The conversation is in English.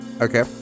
Okay